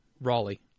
Raleigh